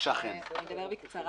אדבר בקצרה.